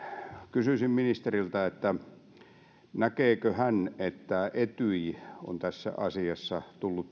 kysyisin ministeriltä näkeekö hän että etyj on tullut tässä asiassa